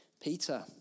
Peter